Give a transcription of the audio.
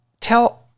tell